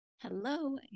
Hello